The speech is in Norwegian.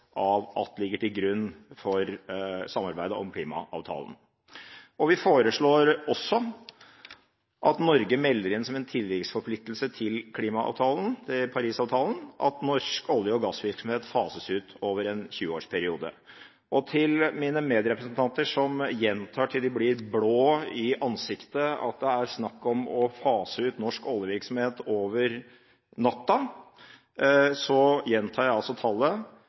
interesse av at ligger til grunn for samarbeidet om klimaavtalen. Vi foreslår også at Norge melder inn som en tilleggsforpliktelse til klimaavtalen, Paris-avtalen, at norsk olje- og gassvirksomhet fases ut over en 20-årsperiode. Til mine medrepresentanter som gjentar til de blir blå i ansiktet at det er snakk om å fase ut norsk oljevirksomhet over natta, gjentar jeg tallet: